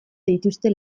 dituzte